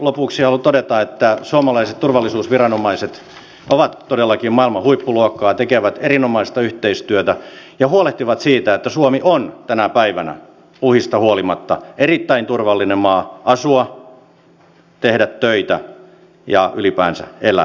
lopuksi haluan todeta että suomalaiset turvallisuusviranomaiset ovat todellakin maailman huippuluokkaa tekevät erinomaista yhteistyötä ja huolehtivat siitä että suomi on tänä päivänä uhista huolimatta erittäin turvallinen maa asua tehdä töitä ja ylipäänsä elää